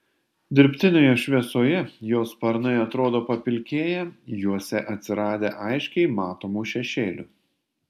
dirbtinėje šviesoje jo sparnai atrodo papilkėję juose atsiradę aiškiai matomų šešėlių